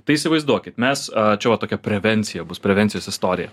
tai įsivaizduokit mes čia va tokia prevencija bus prevencijos istorija